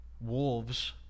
wolves